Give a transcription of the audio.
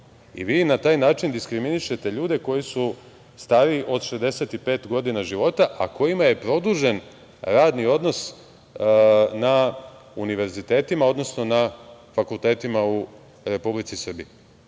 na taj način diskriminišete ljude koji su stariji od 65 godina života, a kojima je produžen radni odnos na univerzitetima, odnosno na fakultetima u Republici Srbiji.